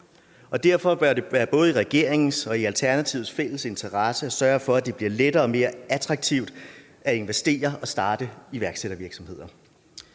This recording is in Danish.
Derfor bør det være både i regeringens og i Alternativets fælles interesse at sørge for, at det bliver lettere og mere attraktivt at investere i og starte en iværksættervirksomhed.